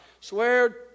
Swear